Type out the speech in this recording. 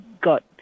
got